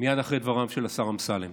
מייד אחרי דבריו של השר אמסלם.